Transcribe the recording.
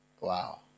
Wow